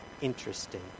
interesting